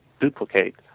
duplicate